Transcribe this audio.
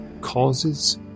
Causes